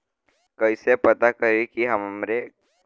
कइसे पता करि कि हमरे खाता मे कितना पैसा बा?